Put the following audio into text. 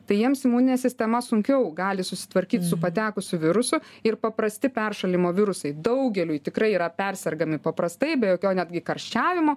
tai jiems imuninė sistema sunkiau gali susitvarkyt su patekusiu virusu ir paprasti peršalimo virusai daugeliui tikrai yra persergami paprastai be jokio netgi karščiavimo